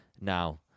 Now